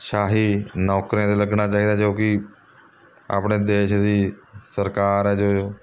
ਸ਼ਾਹੀ ਨੌਕਰੀਆਂ 'ਤੇ ਲੱਗਣਾ ਚਾਹੀਦਾ ਜੋ ਕਿ ਆਪਣੇ ਦੇਸ਼ ਦੀ ਸਰਕਾਰ ਹੈ ਜੋ